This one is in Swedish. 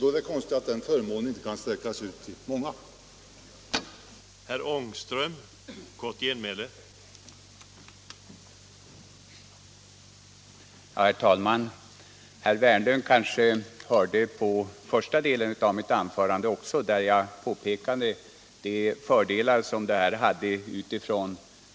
Det är då konstigt att den förmånen inte kan sträckas ut till att gälla många människor.